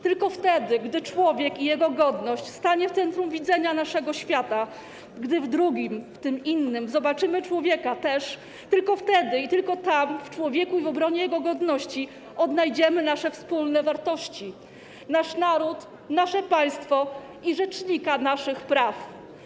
Tylko wtedy, gdy człowiek i jego godność staną w centrum widzenia naszego świata, gdy w drugim, w tym innym, zobaczymy też człowieka, tylko wtedy i tylko tam, w człowieku i w obronie jego godności, odnajdziemy nasze wspólne wartości - nasz naród, nasze państwo i rzecznika naszych praw.